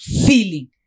feeling